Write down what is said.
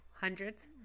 Hundreds